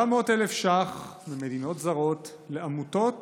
700,000 ש"ח ממדינות זרות לעמותות